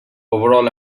overall